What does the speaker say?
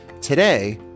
today